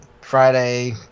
Friday